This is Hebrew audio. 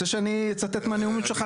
אתה רוצה שאני אצטט מהנאומים שלך?